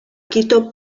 quito